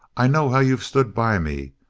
i know how you've stood by me.